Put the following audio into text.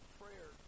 prayer